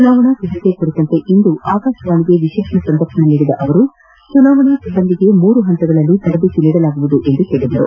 ಚುನಾವಣೆ ಸಿದ್ದತೆ ಕುರಿತಂತೆ ಇಂದು ಆಕಾಶವಾಣಿಗೆ ವಿಶೇಷ ಸಂದರ್ಶನ ನೀಡಿದ ಅವರು ಚುನಾವಣಾ ಸಿಬ್ಬಂದಿಗೆ ಮೂರು ಹಂತಗಳಲ್ಲಿ ತರಬೇತಿ ನೀಡಲಾಗುವುದು ಎಂದು ಹೇಳಿದರು